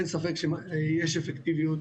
אין ספק שיש אפקטיביות